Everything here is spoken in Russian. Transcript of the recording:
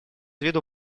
виду